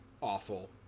awful